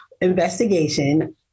investigation